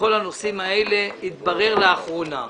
בכל הנושאים האלה התברר לאחרונה,